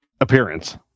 appearance